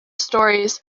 stories